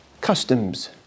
customs